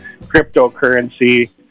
cryptocurrency